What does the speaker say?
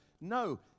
No